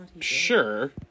sure